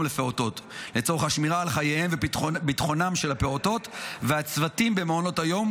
לפעוטות לצורך השמירה על חייהם וביטחונם של הפעוטות והצוותים במעונות היום,